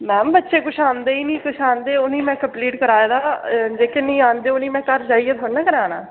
ma'am बच्चे कुछ आंदे ही नी कुछ आंदे उ'नें में कम्पलीट कराए दा हा जेह्के नेईं आंदे उ'नें में घर जाइयै थोह्ड़ी ना कराना